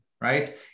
right